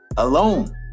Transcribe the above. alone